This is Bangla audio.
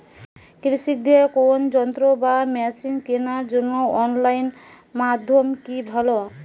কৃষিদের কোন যন্ত্র বা মেশিন কেনার জন্য অনলাইন মাধ্যম কি ভালো?